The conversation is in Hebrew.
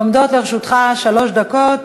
עומדות לרשותך שלוש דקות.